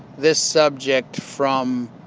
this subject from